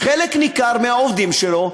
חלק ניכר מהעובדים שלו,